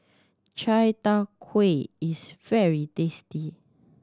chai tow kway is very tasty